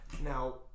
Now